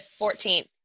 14th